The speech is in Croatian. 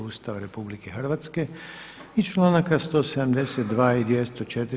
Ustava RH i članaka 172. i 204.